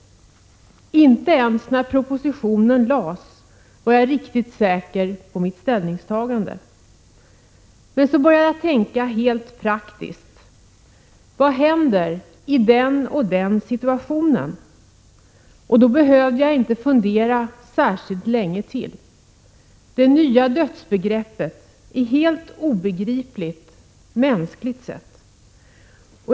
Inte ens när propositionen lades fram var jag riktigt säker på mitt ställningstagande. Men så började jag tänka helt praktiskt. Vad händer i den och den situationen? Och då behövde jag inte fundera särskilt länge till. Det nya dödsbegreppet är helt obegripligt, mänskligt sett.